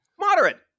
Moderate